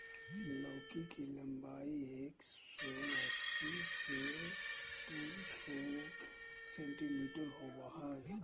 लौकी के लम्बाई एक सो अस्सी से दू सो सेंटीमिटर होबा हइ